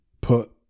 put